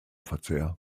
verzehr